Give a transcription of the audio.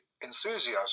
enthusiasm